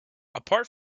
apart